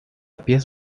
pies